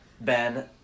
Ben